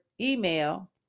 email